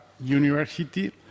University